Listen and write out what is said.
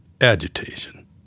agitation